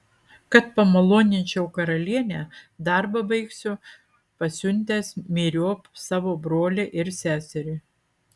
kad pamaloninčiau karalienę darbą baigsiu pasiuntęs myriop savo brolį ir seserį